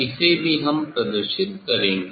इसे भी हम प्रदर्शित करेंगे